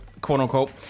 quote-unquote